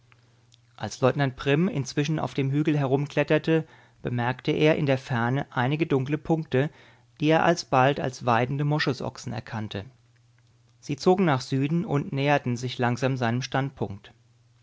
als leutnant prim inzwischen auf dem hügel herumkletterte bemerkte er in der ferne einige dunkle punkte die er alsbald als weidende moschusochsen erkannte sie zogen nach süden und näherten sich langsam seinem standpunkt